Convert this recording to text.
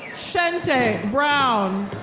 shente brown.